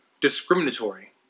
discriminatory